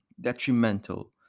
detrimental